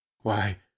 Why